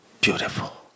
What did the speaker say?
Beautiful